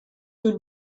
you